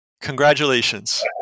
Congratulations